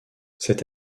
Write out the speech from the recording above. c’est